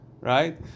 right